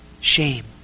shame